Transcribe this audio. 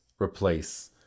replace